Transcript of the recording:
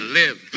live